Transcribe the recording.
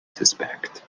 suspect